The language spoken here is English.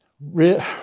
Real